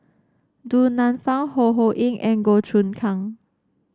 Du Nanfa Ho Ho Ying and Goh Choon Kang